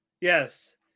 Yes